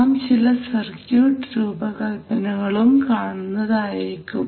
നാം ചില സർക്യൂട്ട് രൂപ കല്പനകളും കാണുന്നതായിരിക്കും